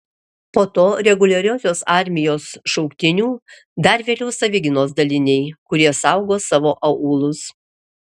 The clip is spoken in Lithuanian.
po to reguliariosios armijos šauktinių dar vėliau savigynos daliniai kurie saugo savo aūlus